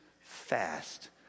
fast